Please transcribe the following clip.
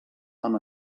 amb